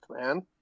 man